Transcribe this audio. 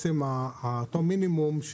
המינימום,